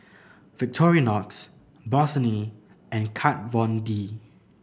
Victorinox Bossini and Kat Von D